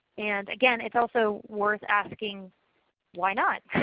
and again, it's also worth asking why not?